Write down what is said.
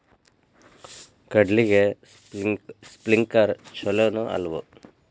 ಕಡ್ಲಿಗೆ ಸ್ಪ್ರಿಂಕ್ಲರ್ ಛಲೋನೋ ಅಲ್ವೋ?